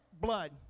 blood